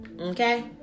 Okay